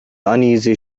uneasy